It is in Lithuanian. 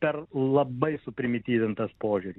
per labai suprimityvintas požiūris